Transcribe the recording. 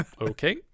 okay